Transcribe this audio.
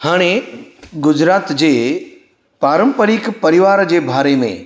हाणे गुजरात जे पारंपरिक परिवार जे बारे में